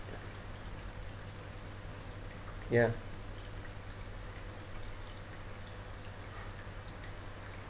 ya